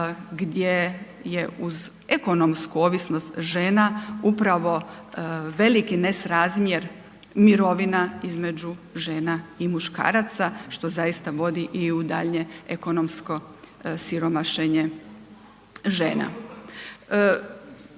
gdje je uz ekonomsku ovisnost žena upravo veliki nesrazmjer mirovina između žena i muškaraca, što zaista vodi i u daljnje ekonomsko siromašenje žena.